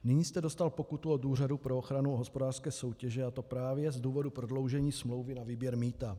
Nyní jste dostal pokutu od Úřadu pro ochranu hospodářské soutěže, a to právě z důvodu prodloužení smlouvy na výběr mýta.